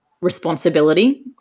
responsibility